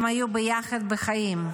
הם היו ביחד בחיים.